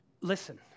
Listen